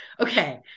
Okay